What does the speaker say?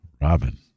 Robin